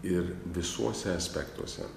ir visuose aspektuose